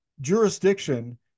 jurisdiction